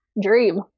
dream